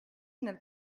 nel